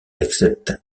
accepte